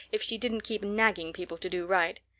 if she didn't keep nagging people to do right.